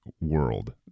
world